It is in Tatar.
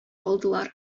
алдылар